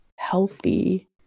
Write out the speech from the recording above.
healthy